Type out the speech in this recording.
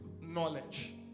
knowledge